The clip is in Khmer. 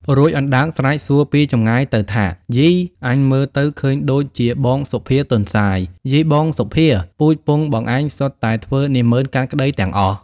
រួចអណ្ដើកស្រែកសួរពីចម្ងាយទៅថា៖ "យី! អញមើលទៅឃើញដូចជាបងសុភាទន្សាយ យីបងសុភា! ពូជពង្សបងឯងសុទ្ធតែធ្វើនាម៉ឺនកាត់ក្តីទាំងអស់។